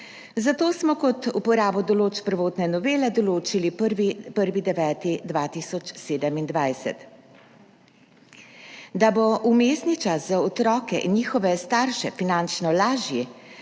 zato smo kot uporabo določb prvotne novele določili 1. 9. 2027. Da bo vmesni čas za otroke in njihove starše finančno lažji,